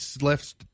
left